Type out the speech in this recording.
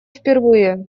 впервые